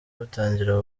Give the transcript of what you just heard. butangira